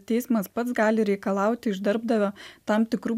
teismas pats gali reikalauti iš darbdavio tam tikrų